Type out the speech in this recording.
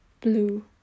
blue